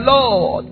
Lord